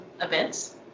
events